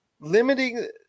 limiting